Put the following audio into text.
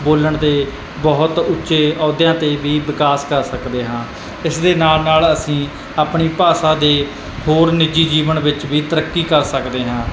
ਬੋਲਣ 'ਤੇ ਬਹੁਤ ਉੱਚੇ ਅਹੁਦਿਆਂ 'ਤੇ ਵੀ ਵਿਕਾਸ ਕਰ ਸਕਦੇ ਹਾਂ ਇਸ ਦੇ ਨਾਲ ਨਾਲ ਅਸੀਂ ਆਪਣੀ ਭਾਸ਼ਾ ਦੇ ਹੋਰ ਨਿੱਜੀ ਜੀਵਨ ਵਿੱਚ ਵੀ ਤਰੱਕੀ ਕਰ ਸਕਦੇ ਹਾਂ